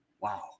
Wow